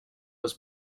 was